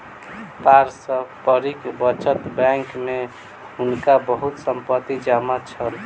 पारस्परिक बचत बैंक में हुनका बहुत संपत्ति जमा छल